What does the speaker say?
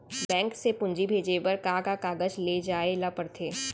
Bank से पूंजी भेजे बर का का कागज ले जाये ल पड़थे?